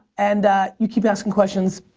and you keep asking questions,